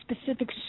specific